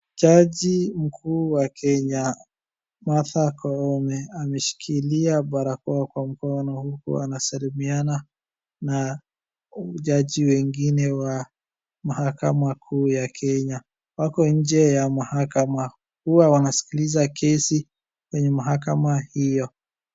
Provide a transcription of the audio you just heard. Jaji mkuu wa Kenya, Martha Koome, ameshikilia barakoa kwa mkono huku anasalimiana na jaji wengine wa mahakama kuu ya Kenya. Wako nje ya mahakama. Huwa wanasikiliza kesi kwenye mahakama hiyo.